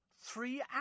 Three